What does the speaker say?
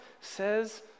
says